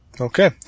Okay